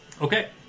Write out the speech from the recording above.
Okay